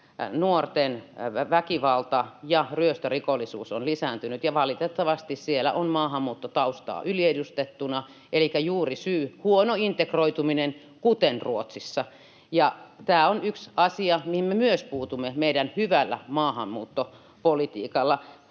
nuorten väkivalta ja ryöstörikollisuus ovat lisääntyneet, ja valitettavasti siellä on maahanmuuttotaustaa yliedustettuna, elikkä juurisyy: huono integroituminen kuten Ruotsissa. Tämä on yksi asia, mihin me myös puutumme meidän hyvällä maahanmuuttopolitiikalla.